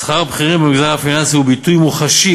שכר הבכירים במגזר הפיננסי הוא ביטוי מוחשי